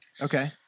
Okay